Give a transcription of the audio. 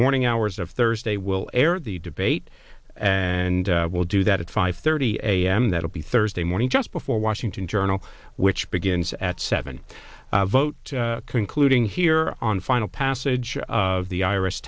morning hours of thursday will air the debate and we'll do that at five thirty a m that will be thursday morning just before washington journal which begins at seven vote concluding here on final passage of the iris